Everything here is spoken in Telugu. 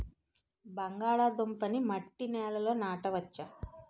బంగాళదుంప నీ మట్టి నేలల్లో నాట వచ్చా?